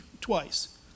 twice